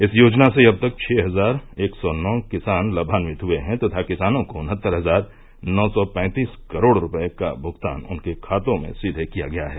इस योजना से अब तक छः हजार एक सौ नौ किसान लाभान्वित हुए हैं तथा किसानों को उन्हत्तर हजार नौ सौ पैंतीस करोड़ रूपये का भुगतान उनके खातों में सीधे किया गया है